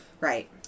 Right